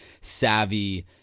savvy